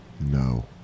No